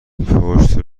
پشت